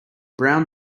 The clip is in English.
brown